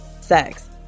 sex